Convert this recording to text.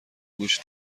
گوش